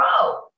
grow